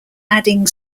adding